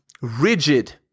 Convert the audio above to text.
rigid